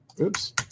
Oops